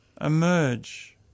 Emerge